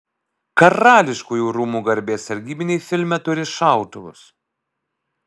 karališkųjų rūmų garbės sargybiniai filme turi šautuvus